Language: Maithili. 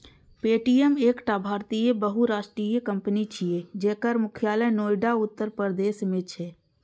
पे.टी.एम एकटा भारतीय बहुराष्ट्रीय कंपनी छियै, जकर मुख्यालय नोएडा, उत्तर प्रदेश मे छै